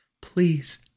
Please